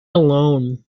alone